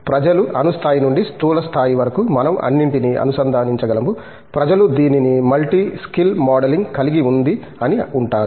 ప్రజలు అణు స్థాయి నుండి స్థూల స్థాయి వరకు మనం అన్నింటినీ అనుసందానించగలము ప్రజలు దీనిని మల్టీ స్కిల్ మోడలింగ్ కలిగి ఉంది అని ఉంటారు